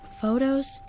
photos